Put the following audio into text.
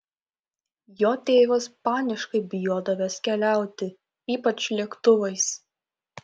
jo tėvas paniškai bijodavęs keliauti ypač lėktuvais